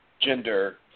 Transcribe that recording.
gender